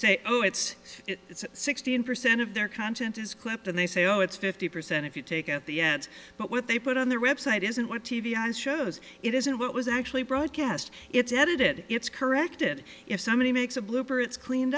it's it's sixteen percent of their content is clipped and they say oh it's fifty percent if you take out the ads but what they put on their website isn't what t v shows it isn't what was actually broadcast it's edited it's corrected if somebody makes a blooper it's cleaned